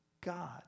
God